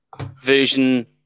version